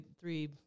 three